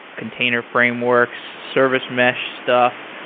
container frameworks, service mesh stuff.